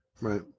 Right